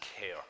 care